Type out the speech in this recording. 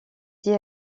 dit